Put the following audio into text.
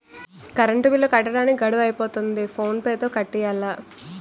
current bill కట్టడానికి గడువు అయిపోతంది ఫోన్ పే తో కట్టియ్యాల